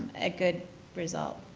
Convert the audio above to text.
a good result.